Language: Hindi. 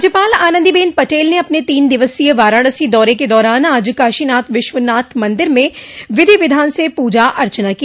राज्यपाल आनन्दीबेन पटेल ने अपने तीन दिवसीय वाराणसी दौरे के दौरान आज काशीनाथ विश्वनाथ मंदिर में विधि विधान से पूजा अर्चना की